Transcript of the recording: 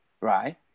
right